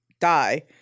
die